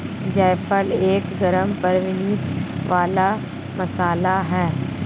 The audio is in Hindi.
जायफल एक गरम प्रवृत्ति वाला मसाला है